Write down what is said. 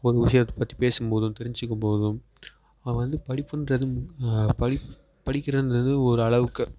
ஒரு விஷயத்த பற்றி பேசும் போதும் தெரிஞ்சுக்கும் போதும் அவன் வந்து படிப்புன்றது படி படிக்கிறதுன்றது ஒரு அளவுக்கு